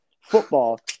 football